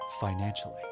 financially